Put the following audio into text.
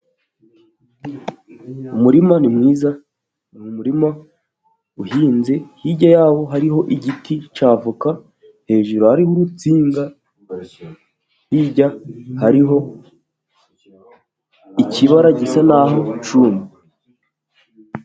Umurima ni mwiza mu murima uhinze hirya yaho hariho igiti cya voka, hejuru ari unsinga hirya hariho ikibara gisa naho cyumye.